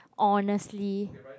honestly